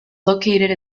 located